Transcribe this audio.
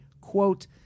quote